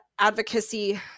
advocacy